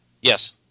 Yes